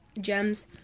gems